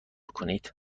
کنید